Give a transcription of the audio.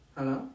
Hello